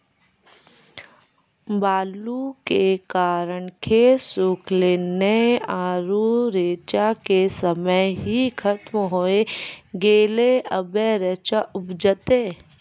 बालू के कारण खेत सुखले नेय आरु रेचा के समय ही खत्म होय गेलै, अबे रेचा उपजते?